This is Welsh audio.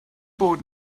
bod